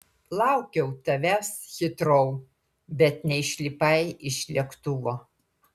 laukiau tavęs hitrou bet neišlipai iš lėktuvo